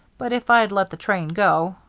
but if i'd let the train go,